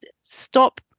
stop